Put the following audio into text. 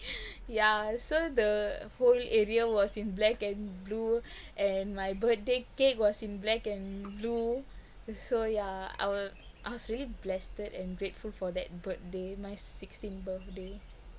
yeah so the whole area was in black and blue and my birthday cake was in black and blue so yeah I w~ I was really blessed and grateful for that birthday my sixteenth birthday